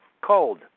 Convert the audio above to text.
cold